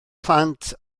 plant